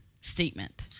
statement